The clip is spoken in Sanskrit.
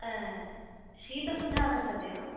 शीतसुधा वर्तते वा